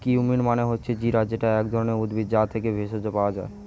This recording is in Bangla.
কিউমিন মানে হচ্ছে জিরা যেটা এক ধরণের উদ্ভিদ, যা থেকে ভেষজ পাওয়া যায়